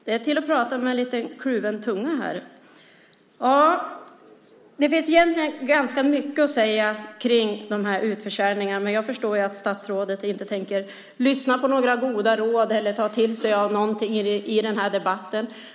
Det är till att prata med lite kluven tunga här! Det finns egentligen ganska mycket att säga kring de här utförsäljningarna, men jag förstår ju att statsrådet inte tänker lyssna på några goda råd eller ta till sig av något i den här debatten.